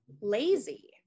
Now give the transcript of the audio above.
lazy